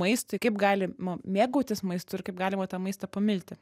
maistui kaip galima mėgautis maistu ir kaip galima tą maistą pamilti